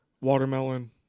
Watermelon